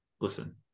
Listen